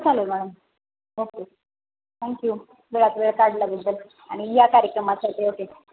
चालेल madam okay thank you वेळात वेळ काढल्याबद्दल आणि या कार्यक्रमासाठी ओके